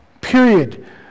period